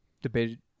debated